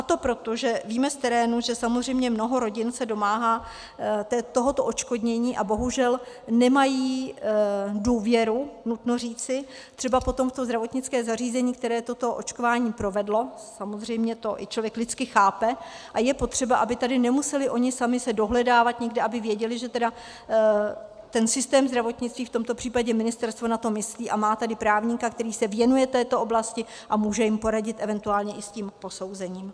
To proto, že víme z terénu, že samozřejmě mnoho rodin se domáhá tohoto odškodnění, a bohužel nemají důvěru, nutno říci, třeba potom v to zdravotnické zařízení, které toto očkování provedlo, samozřejmě to člověk i lidsky chápe, a je potřeba, aby tady nemuseli oni sami se dohledávat někde, aby věděli, že tedy ten systém zdravotnictví, v tomto případě ministerstvo na to myslí a má tedy právníka, který se věnuje této oblasti a může jim poradit, eventuálně i s tím posouzením.